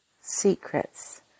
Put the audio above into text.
secrets